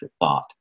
thought